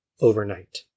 overnight